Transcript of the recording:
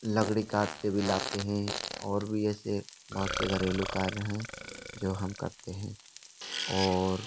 लकड़ी काट के भी लाते हैं और भी ऐसे बहुत से घरेलू कार्य हैं जो हम करते हैं और